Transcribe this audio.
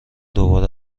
دوباره